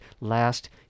last